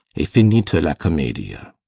e finita la comedia!